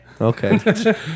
Okay